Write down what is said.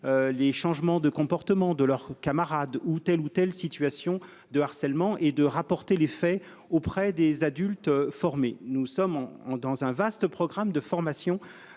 Les changements de comportement, de leurs camarades ou telle ou telle situation de harcèlement et de rapporter les faits auprès des adultes formés. Nous sommes en en dans un vaste programme de formation